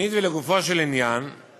31 מתנגדים, אין נמנעים.